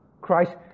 Christ